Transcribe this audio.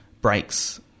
breaks